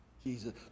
Jesus